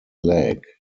leg